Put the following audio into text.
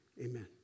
amen